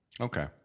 Okay